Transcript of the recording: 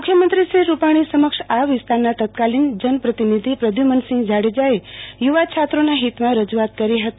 મુખ્યમંત્રી શ્રી રૂપની સમક્ષ આ વિઅસ્ત્રન તત્કાલીન જનપ્રતિનિધિ પ્રદ્યુમનસિંહ જાડેજાએ યુવા છાત્રોના હિતમાં રજૂઆત કરી હતી